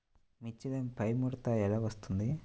మిర్చిలో పైముడత ఎలా వస్తుంది?